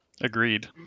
Agreed